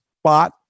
spot